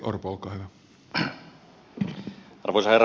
arvoisa herra puhe mies